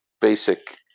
basic